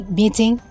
meeting